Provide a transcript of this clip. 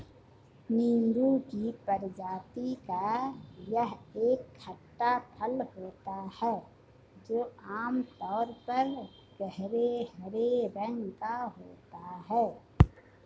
नींबू की प्रजाति का यह एक खट्टा फल होता है जो आमतौर पर गहरे हरे रंग का होता है